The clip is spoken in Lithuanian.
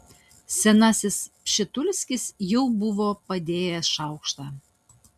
senasis pšitulskis jau buvo padėjęs šaukštą